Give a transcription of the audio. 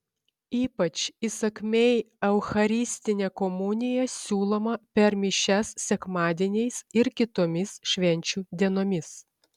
ypač įsakmiai eucharistinė komunija siūloma per mišias sekmadieniais ir kitomis švenčių dienomis